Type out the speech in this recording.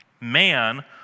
Man